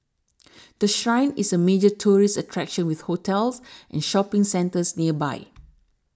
the Shrine is a major tourist attraction with hotels and shopping centres nearby